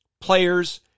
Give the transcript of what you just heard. players